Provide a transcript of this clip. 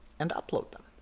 and upload them.